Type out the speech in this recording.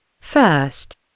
First